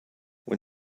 when